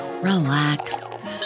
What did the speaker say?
relax